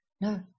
No